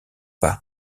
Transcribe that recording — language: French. par